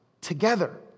together